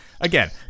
again